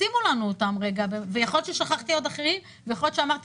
יכול להיות ששכחתי עוד אחרים ויכול להיות שאמרתי